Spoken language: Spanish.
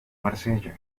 marsella